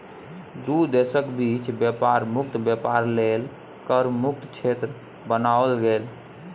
दू देशक बीच बेपार मुक्त बेपार लेल कर मुक्त क्षेत्र बनाओल गेल